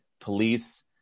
police